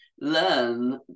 learn